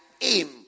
aim